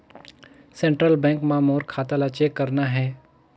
Central bank मां मोर खाता ला चेक करना हे?